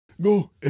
Go